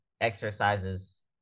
exercises